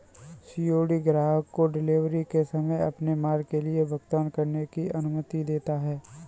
COD ग्राहक को delivery के समय अपने माल के लिए भुगतान करने की अनुमति देता है